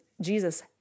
Jesus